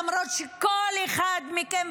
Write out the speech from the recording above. למרות שכל אחד מכם,